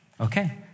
Okay